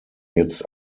jetzt